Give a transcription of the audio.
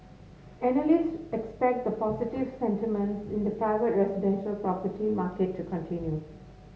analysts expect the positive sentiments in the private residential property market to continue